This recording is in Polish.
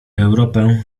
europę